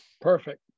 perfect